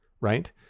right